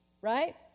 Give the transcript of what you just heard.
right